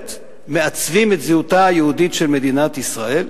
מעצבים את זהותה היהודית של מדינת ישראל,